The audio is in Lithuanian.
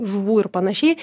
žuvų ir panašiai